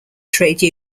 trade